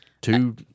two